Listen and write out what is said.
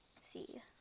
see